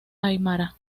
aimara